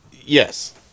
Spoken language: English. Yes